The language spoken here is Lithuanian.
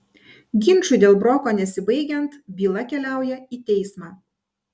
ginčui dėl broko nesibaigiant byla keliauja į teismą